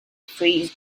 freeze